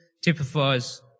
typifies